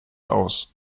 aus